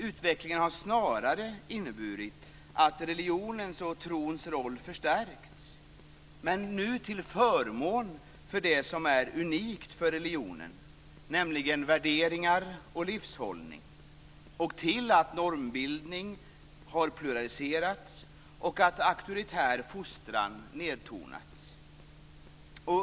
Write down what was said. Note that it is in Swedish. Utvecklingen har snarare inneburit att religionens och trons roll förstärkts, men nu till förmån för det som är unikt för religionen, nämligen värderingar och livshållning, och för att normbildningen pluraliseras och att auktoritär fostran nedtonats.